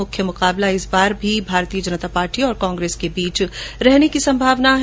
मुख्य मुकाबला इस बार भी परंपरागत रूप से भारतीय जनता पार्टी और कांग्रेस के बीच रहने की संभावना है